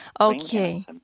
Okay